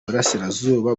burasirazuba